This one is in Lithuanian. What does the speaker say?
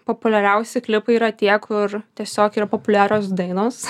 populiariausi klipai yra tie kur tiesiog yra populiarios dainos